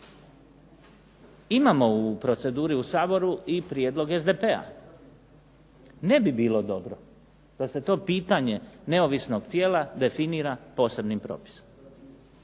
Imamo u proceduri u Saboru i prijedlog SDP-a. Ne bi bilo dobro da se to pitanje neovisnog tijela definira posebnim propisom.